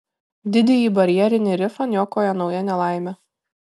didįjį barjerinį rifą niokoja nauja nelaimė